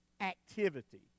activity